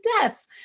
death